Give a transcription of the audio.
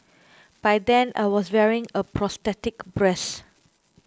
by then I was wearing a prosthetic breast